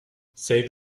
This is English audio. save